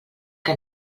què